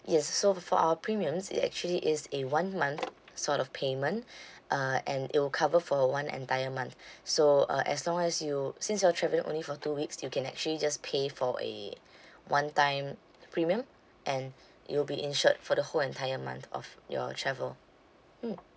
yes so for for our premiums it actually is a one month sort of payment uh and it will cover for one entire month so uh as long as you since you're travelling only for two weeks you can actually just pay for a one time premium and you'll be insured for the whole entire month of your travel mm